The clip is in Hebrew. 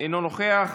אינו נוכח,